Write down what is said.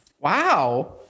Wow